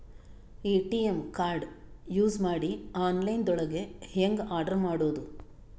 ATM card use ಮಾಡಿ online ದೊಳಗೆ ಹೆಂಗ್ ಆರ್ಡರ್ ಮಾಡುದು?